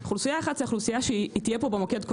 אוכלוסייה אחת זאת אוכלוסייה שתהיה פה במוקד כל